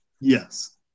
yes